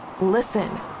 listen